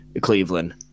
cleveland